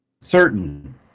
certain